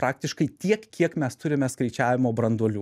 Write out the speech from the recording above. praktiškai tiek kiek mes turime skaičiavimo branduolių